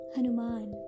Hanuman